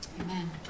Amen